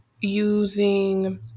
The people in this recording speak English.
using